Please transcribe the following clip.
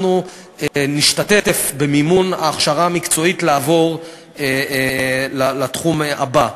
אנחנו נשתתף במימון ההכשרה המקצועית לעבור לתחום הבא.